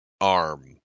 arm